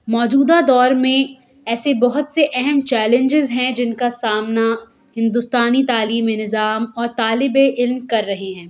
موجودہ دور میں ایسے بہت سے اہم چیلینجز ہیں جن کا سامنا ہندوستانی تعلیم نظام اور طالب علم کر رہے ہیں